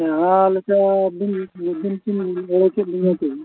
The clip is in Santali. ᱡᱟᱦᱟᱸ ᱞᱮᱠᱟ